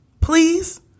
Please